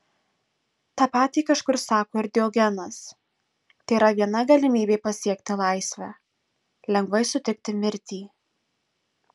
tą patį kažkur sako ir diogenas tėra viena galimybė pasiekti laisvę lengvai sutikti mirtį